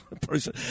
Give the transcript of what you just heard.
person